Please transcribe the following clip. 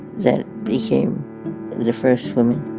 that became the first woman